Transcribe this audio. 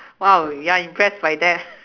!wow! you are impressed by that